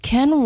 Ken